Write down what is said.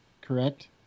correct